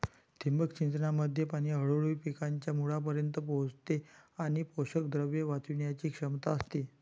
ठिबक सिंचनामध्ये पाणी हळूहळू पिकांच्या मुळांपर्यंत पोहोचते आणि पोषकद्रव्ये वाचवण्याची क्षमता असते